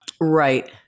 right